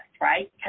right